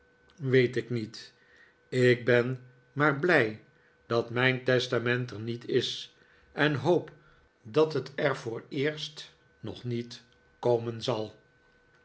weet ik niet ik ben maar blij dat mijn testament er niet is en hoop dat het er vooreerst nog niet komen zal